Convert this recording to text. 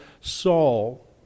Saul